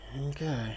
Okay